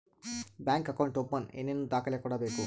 Bank account open ಏನೇನು ದಾಖಲೆ ಕೊಡಬೇಕು?